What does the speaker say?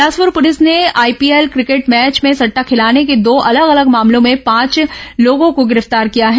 Bilaspur police ने IPL cricket match में सट्टा खिलाने के दो अलग अलग मामलों में पांच लोगों को गिरफ्तार किया है